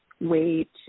weight